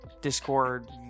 Discord